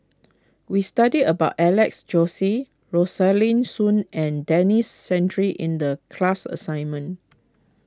we studied about Alex Josey Rosaline Soon and Denis Santry in the class assignment